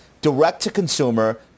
direct-to-consumer